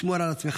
שמור על עצמך.